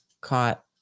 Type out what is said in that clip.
caught